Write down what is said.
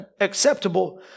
acceptable